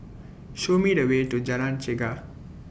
Show Me The Way to Jalan Chegar